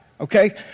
Okay